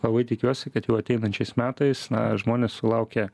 labai tikiuosi kad jau ateinančiais metais na žmonės sulaukę